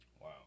wow